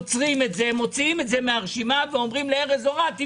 במקרה שכזה מוציאים מהרשימה ומבקשים מארז אורעד לבדוק.